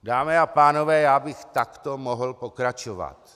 Dámy a pánové, já bych takto mohl pokračovat.